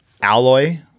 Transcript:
alloy